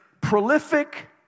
prolific